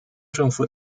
政府